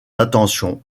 attention